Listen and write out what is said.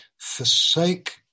forsake